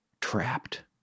trapped